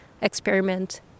experiment